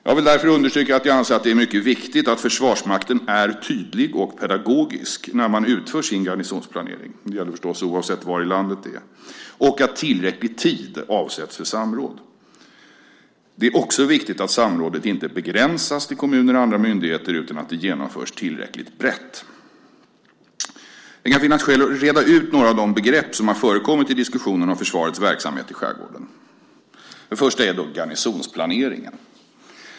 Jag vill därför understryka att jag anser att det är mycket viktigt att Försvarsmakten är tydlig och pedagogisk när man utför sin garnisonsplanering - det gäller förstås oavsett var i landet det är - och att tillräcklig tid avsätts för samråd. Det är också viktigt att samrådet inte begränsas till kommuner och andra myndigheter utan att det genomförs tillräckligt brett. Det kan finnas skäl att reda ut några av de begrepp som har förekommit i diskussionen om försvarets verksamhet i skärgården. Det första är garnisonsplaneringen.